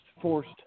forced